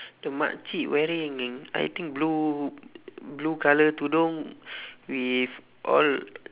the mak cik wearing I think blue blue colour tudung with all